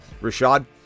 Rashad